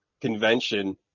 convention